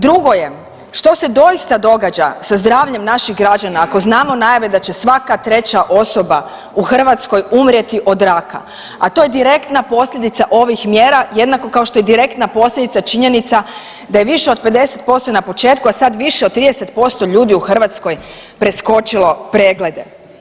Drugo je, što se doista događa sa zdravljem naših građana ako znamo najave da će svaka treća osoba u Hrvatskoj umrijeti od raka, a to je direktna posljedica ovih mjera jednako kao što je direktna posljedica činjenica da je više od 50% na početku, a sad više od 30% ljudi u Hrvatskoj preskočilo preglede.